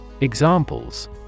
Examples